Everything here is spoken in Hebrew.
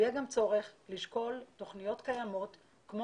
יהיה גם צורך לשקול תכניות קיימות כמו